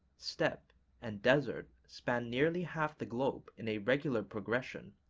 steppe and desert span nearly half the globe in a regular progression,